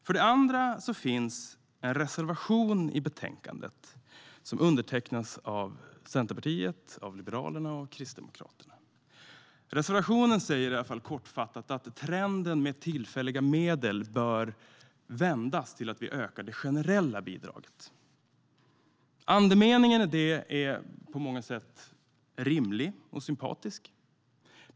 För det andra finns en reservation i betänkandet som undertecknats av Centerpartiet, Liberalerna och Kristdemokraterna. Reservationen säger kortfattat att trenden med tillfälliga medel bör vändas till att vi ökar det generella bidraget. Andemeningen i detta är på många sätt rimlig och sympatisk.